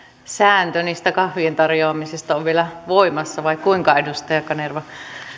sääntö niistä kahvien tarjoamisesta on vielä voimassa vai kuinka edustaja kanerva